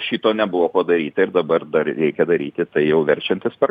šito nebuvo padaryta ir dabar dar reikia daryti tai jau verčiantis per